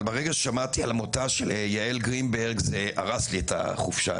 אבל ברגע ששמעתי על מותה של יעל גרינברג זה הרס לי את החופשה,